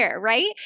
right